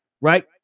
Right